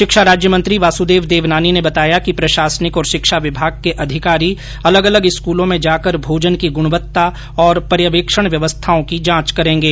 शिक्षा राज्यमंत्री वासुदेव देवनानी ने बताया कि प्रशासनिक और शिक्षा विभाग के अधिकारी अलग अलग स्कूलों में जाकर भोजन की गुणवत्ता और पर्यवेक्षण व्यवस्थाओं की जांच करेंगे